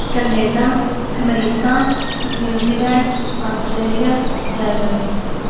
Canada America New Zealand Australia Germany